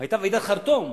היתה ועידת חרטום,